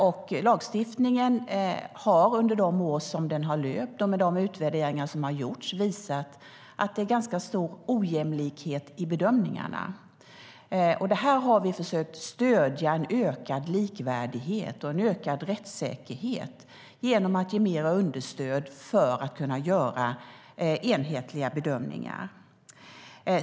De utvärderingar av lagstiftningen som gjorts under de år som har gått har visat att det är ganska stor ojämlikhet i bedömningarna. Vi har försökt stödja en ökad likvärdighet och en ökad rättssäkerhet genom att ge mer understöd så att det ska kunna göras enhetliga bedömningar.